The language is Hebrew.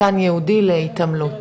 מתקן ייעודי להתעמלות.